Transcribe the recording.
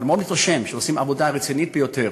ומאוד מתרשם שהם עושים עבודה רצינית ביותר.